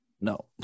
No